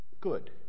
good